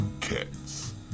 Cats